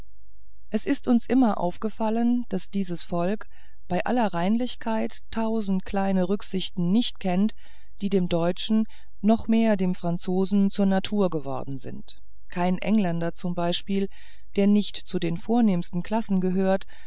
es ist uns immer aufgefallen wie dieses volk bei aller reinlichkeit tausend kleine rücksichten nicht kennt die dem deutschen noch mehr dem franzosen zur natur geworden sind kein engländer zum beispiel der nicht zu den vornehmsten klassen gehört